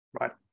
right